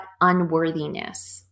unworthiness